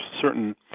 certain